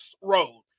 road